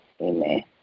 Amen